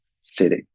city